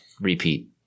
repeat